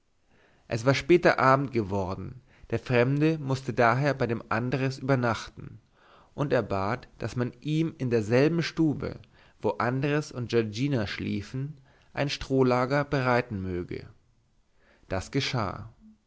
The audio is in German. es war später abend worden der fremde mußte daher bei dem andres übernachten und er bat daß man ihm in derselben stube wo andres und giorgina schliefen ein strohlager bereiten möge das geschah